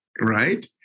right